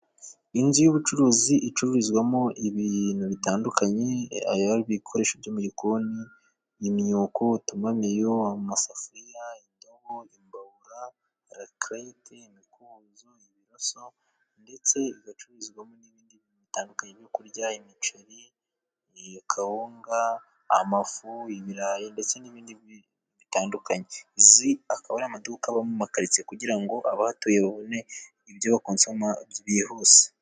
Inzu y'ubucuruzi icururizwamo ibintu bitandukanye ari ibikoresho byo mu gikoni: imyuko, utumamiri, amasafuriya, indobo, imbabura, rakerete, imikubuzo, ibiroso ndetse igacururizwamo n'ibindi bitandukanye byo kurya: imiceri, kawunga, amafu, ibirayi ndetse n'ibindi bitandukanye aya akaba ari amaduka aba mu makaritsiye kugira ngo abahatuye babone ibyo bakosoma byihuse.